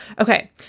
Okay